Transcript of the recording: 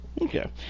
Okay